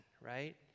right